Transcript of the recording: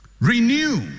Renew